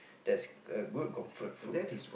that's a good comfort food